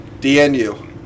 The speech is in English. DNU